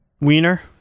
wiener